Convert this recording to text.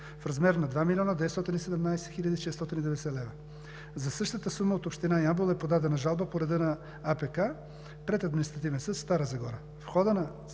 в размер на 2 млн. 917 хил. 690 лв. За същата сума от община Ямбол е подадена жалба по реда на АПК пред Административен съд – Стара Загора.